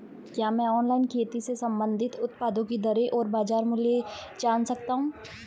क्या मैं ऑनलाइन खेती से संबंधित उत्पादों की दरें और बाज़ार मूल्य जान सकता हूँ?